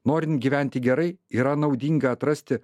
norint gyventi gerai yra naudinga atrasti